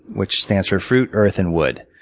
which stands for fruit, earth, and wood.